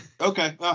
Okay